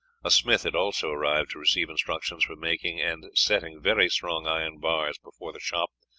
a smith had also arrived to receive instructions for making and setting very strong iron bars before the shop,